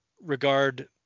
regard